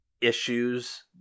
issues